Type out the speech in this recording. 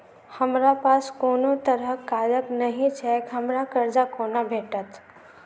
हमरा पास कोनो तरहक कागज नहि छैक हमरा कर्जा कोना भेटत?